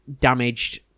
damaged